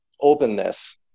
openness